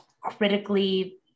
critically